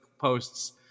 posts